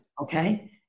Okay